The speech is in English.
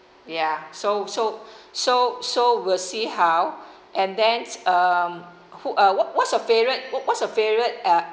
ya so so so so we'll see how and then um who what's your favourite what's your favourite uh